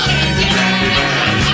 Candyman